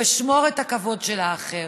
ושמור את הכבוד של האחר